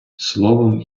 словом